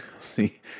See